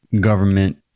government